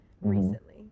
recently